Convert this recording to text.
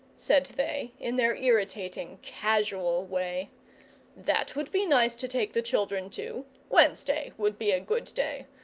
said they, in their irritating, casual way that would be nice to take the children to. wednesday would be a good day.